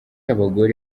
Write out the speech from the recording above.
abagore